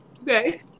Okay